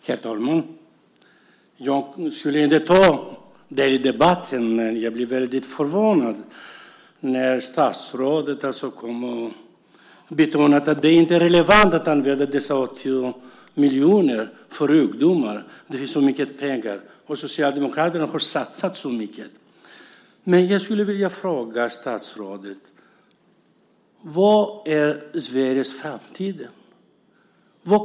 Herr talman! Jag tänkte inte ta del i debatten, men jag blev förvånad när statsrådet betonade att det inte är relevant att använda dessa 80 miljoner för ungdomar. Hon säger att det finns så mycket pengar, och Socialdemokraterna har satsat så mycket. Vilka är Sveriges framtid, statsrådet? Vad kostar den?